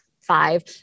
five